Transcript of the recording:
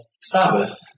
Sabbath